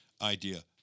idea